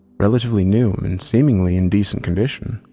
relatively new and seemingly in decent condition.